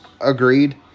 Agreed